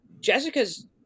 Jessica's